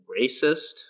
racist